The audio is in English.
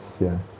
yes